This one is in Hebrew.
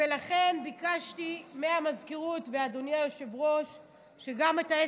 ולכן ביקשתי מהמזכירות, מאדוני היושב-ראש,